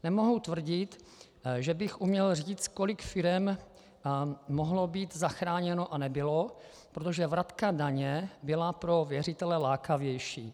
Nemohu tvrdit, že bych uměl říct, kolik firem mohlo být zachráněno a nebylo, protože vratka daně byla pro věřitele lákavější.